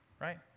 right